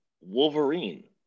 wolverine